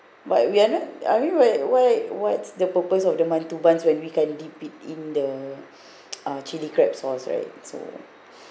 but we are not I mean why why what's the purpose of the mantou buns when we can't dip it in the uh chili crab sauce right so